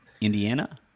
indiana